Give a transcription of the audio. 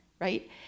right